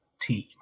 team